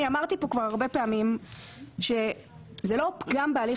אני אמרתי פה כבר הרבה פעמים שזה לא פגם בהליך